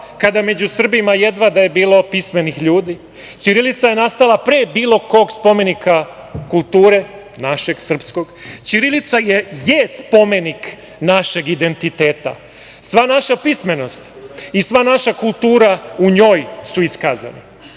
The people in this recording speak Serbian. kada među Srbima jedva da je bilo pismenih ljudi. Ćirilica je nastala pre bilo kod spomenika kulture, našeg srpskog. Ćirilica je spomenik našeg identiteta. Sva naša pismenost i sva naša kultura u njoj su iskazane.